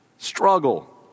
Struggle